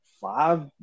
five